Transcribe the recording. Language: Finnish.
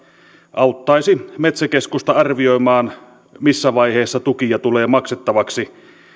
auttaisi metsäkeskusta arvioimaan missä vaiheessa tukia tulee maksettavaksi